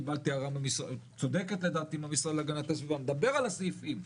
קיבלתי הערה צודקת לדעתי מהמשרד להגנת הסביבה שאדבר על הסעיפים.